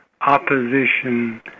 opposition